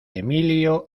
emilio